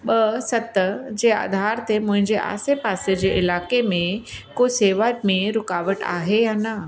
ॿ सत जे अधार ते मुंहिंजे आसे पासे जे इलाइक़े में को शेवा में रुकावट आहे या न